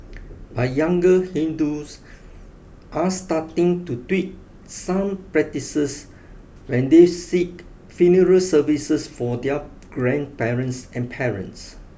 but younger Hindus are starting to tweak some practices when they seek funeral services for their grandparents and parents